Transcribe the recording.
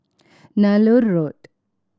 Nallur Road